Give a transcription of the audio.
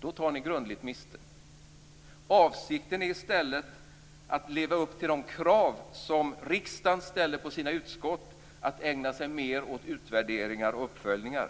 då tar ni grundligt miste. Avsikten är i stället att leva upp till de krav som riksdagen ställer på sina utskott att ägna sig mer åt utvärderingar och uppföljningar.